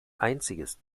einziges